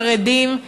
חרדים,